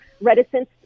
reticence